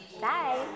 Bye